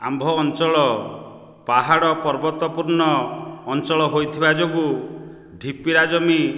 ଆମ୍ଭ ଅଞ୍ଚଳ ପାହାଡ଼ ପର୍ବତ ଅଞ୍ଚଳ ହୋଇଥିବା ଯୋଗୁଁ ଢ଼ୀପିଆ ଜମି